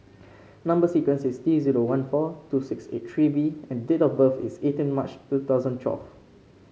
number sequence is T zero one four two six eight three B and date of birth is eighteen March two thousand twelve